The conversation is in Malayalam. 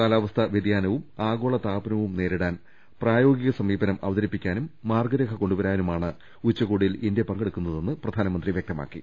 കാലാവസ്ഥാ വൃതിയാനവും ആഗോള താപനവും നേരിടാൻ പ്രായോഗിക സമീപനം അവതരിപ്പിക്കാനും മാർഗ രേഖ കൊണ്ടു വരാനുമാണ് ഉച്ചകോടിയിൽ ഇന്ത്യ പങ്കെടുക്കുന്നതെന്ന് പ്രധാനമന്തി വ്യക്തമാക്കി